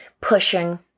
pushing